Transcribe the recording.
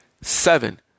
seven